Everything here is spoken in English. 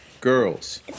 girls